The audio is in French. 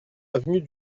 avenue